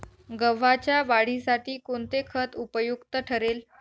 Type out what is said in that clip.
गव्हाच्या वाढीसाठी कोणते खत उपयुक्त ठरेल?